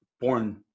born